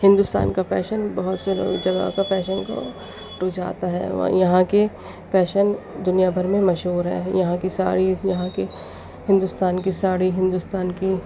ہندوستان کا فیشن بہت جگہوں کا فیشن کو رجھاتا ہے اور یہاں کے فیشن دنیا بھر میں مشہور ہیں یہاں کی ساڑیز یہاں کی ہندوستان کی ساڑی ہندوستان کی